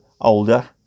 older